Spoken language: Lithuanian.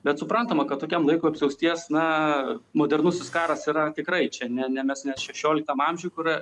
bet suprantama kad tokiam laikui apsiausties na modernusis karas yra tikrai čia ne ne mes ne šešioliktam amžiuje kur